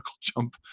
jump